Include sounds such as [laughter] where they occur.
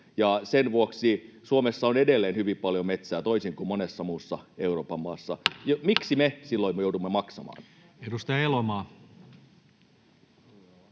sen vuoksi Suomessa on edelleen hyvin paljon metsää, toisin kuin monessa muussa Euroopan maassa. [noise] Miksi me silloin joudumme maksamaan? [Speech 37]